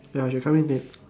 ya she will come in late~